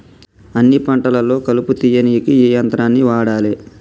అన్ని పంటలలో కలుపు తీయనీకి ఏ యంత్రాన్ని వాడాలే?